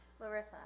Larissa